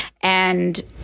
and-